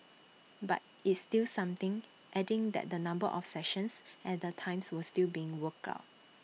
but it's still something adding that the number of sessions and the times were still being worked out